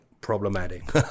Problematic